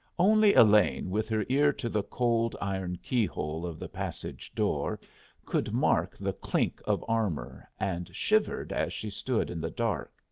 only elaine, with her ear to the cold iron key-hole of the passage-door, could mark the clink of armour, and shivered as she stood in the dark.